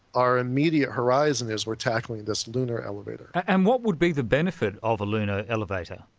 our immediate horizon is we're tackling this lunar elevator. and what would be the benefit of a lunar elevator?